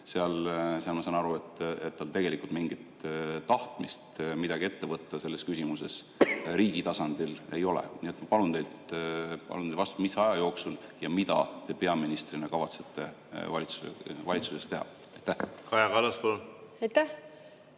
– ma saan aru, et tal tegelikult mingit tahtmist midagi ette võtta selles küsimuses riigi tasandil ei ole. Nii et ma palun teilt vastust, mis aja jooksul ja mida te peaministrina kavatsete valitsuses teha. Kaja